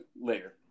later